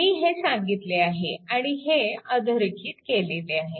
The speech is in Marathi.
मी हे सांगितले आहे आणि हे अधोरेखित केले आहे